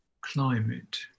climate